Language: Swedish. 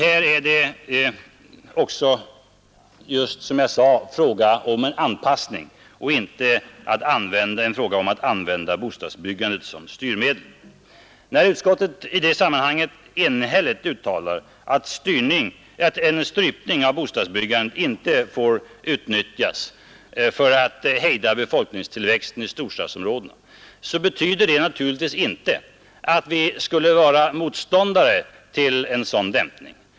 Här är det just, som jag sade, fråga om en anpassning och inte fråga om att använda bostadsbyggandet som styrmedel. När utskottet i det sammanhanget enhälligt uttalat att en strypning av bostadsbyggandet inte får utnyttjas för att hejda befolkningstillväxten i storstadsområdena, så betyder det naturligtvis inte att vi skulle vara motståndare till en sådan dämpning.